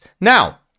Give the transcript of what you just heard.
Now